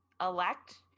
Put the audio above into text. elect